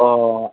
अ